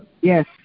Yes